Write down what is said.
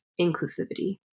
inclusivity